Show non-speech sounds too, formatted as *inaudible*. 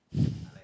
*breath*